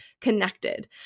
connected